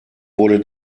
wurde